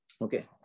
Okay